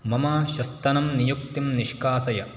मम श्वस्तनं नियुक्तिं निष्कासय